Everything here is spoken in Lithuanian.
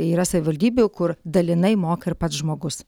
yra savivaldybių kur dalinai moka ir pats žmogus